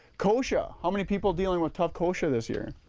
kochia, how many people dealing with tough kochia this year?